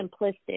simplistic